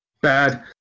bad